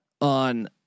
on